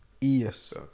Yes